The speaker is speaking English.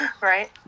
Right